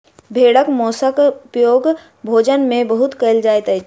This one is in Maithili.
भेड़क मौंसक उपयोग भोजन में बहुत कयल जाइत अछि